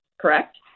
Correct